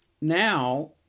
now